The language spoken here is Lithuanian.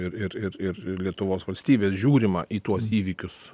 ir ir ir lietuvos valstybės žiūrima į tuos įvykius